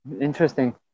interesting